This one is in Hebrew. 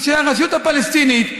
אז שהרשות הפלסטינית,